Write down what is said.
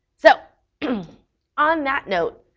so on that note,